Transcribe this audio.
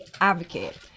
advocate